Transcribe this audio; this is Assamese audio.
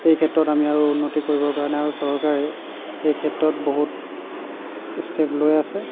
এই ক্ষেত্ৰত আমি আৰু উন্নতি কৰিবৰ কাৰণে আৰু চৰকাৰে এই ক্ষেত্ৰত বহুত ষ্টেপ লৈ আছে